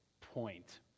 point